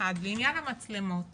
לעניין המצלמות